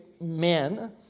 men